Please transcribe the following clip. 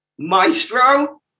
Maestro